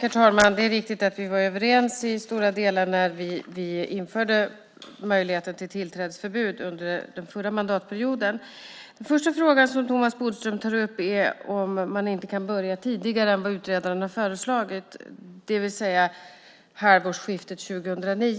Herr talman! Det är riktigt att vi i stora delar var överens när vi införde möjligheten till tillträdesförbud under den förra mandatperioden. Den första frågan som Thomas Bodström tar upp är om man inte kan börja tidigare än vid halvårsskiftet 2009 som utredaren